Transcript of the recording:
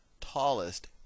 tallest